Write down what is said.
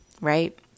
right